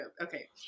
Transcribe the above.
Okay